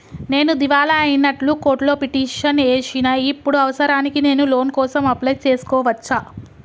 నేను దివాలా అయినట్లు కోర్టులో పిటిషన్ ఏశిన ఇప్పుడు అవసరానికి నేను లోన్ కోసం అప్లయ్ చేస్కోవచ్చా?